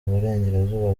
burengerazuba